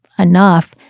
enough